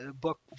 book